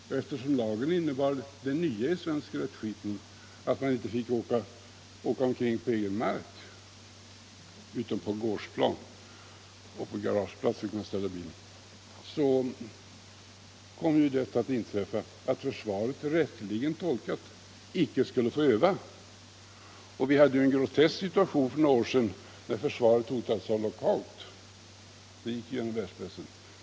Och eftersom lagen innebar den nyheten i svensk rättsskipning att man inte fick åka omkring på egen mark — utom på gårdsplanen och på garageplatsen, där man fick ställa bilen — så inträffade detta att rätt tolkat skulle försvaret icke få öva. Vi hade för några år sedan en grotesk situation, när försvaret hotades av lockout, en händelse som gick genom världspressen.